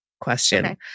question